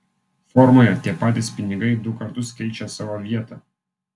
formoje tie patys pinigai du kartus keičia savo vietą